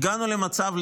הגענו למצב,